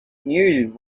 knew